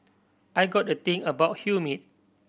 I got a thing about humid